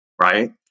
right